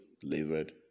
delivered